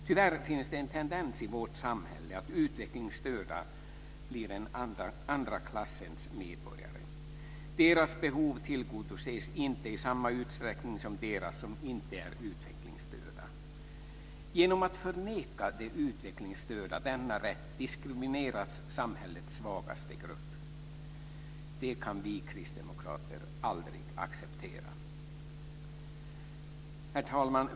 Tyvärr finns det en tendens i vårt samhälle att utvecklingsstörda blir en andra klassens medborgare. Deras behov tillgodoses inte i samma utsträckning som de människors behov som inte är utvecklingsstörda. Genom att förneka de utvecklingsstörda denna rätt diskrimineras samhällets svagaste grupp. Det kan vi kristdemokrater aldrig acceptera. Herr talman!